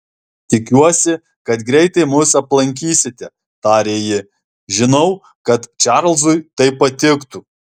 tikiuosi kad greitai mus aplankysite tarė ji žinau kad čarlzui tai patiktų